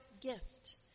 gift